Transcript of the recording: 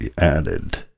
added